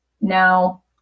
Now